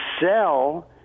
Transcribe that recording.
sell